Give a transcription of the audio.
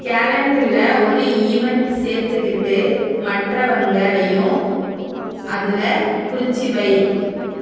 கேலண்டர்ல ஒரு ஈவென்ட் சேர்த்துகிட்டு மற்றவங்களையும் அதில் குறித்து வை